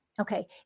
Okay